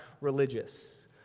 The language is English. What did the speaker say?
religious